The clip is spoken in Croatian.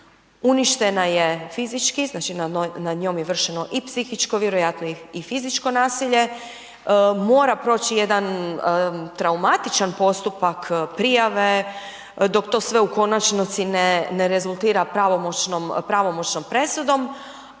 uništena je fizički, znači nad njom je vršeno i psihičko, vjerojatno i fizičko nasilje. Mora proći jedan traumatičan postupak prijave, dok to sve u konačnici ne rezultira pravomoćnom presudom